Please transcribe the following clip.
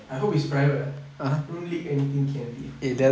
I hope it's private ah don't leak anything can already